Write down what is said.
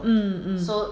hmm hmm